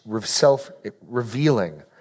self-revealing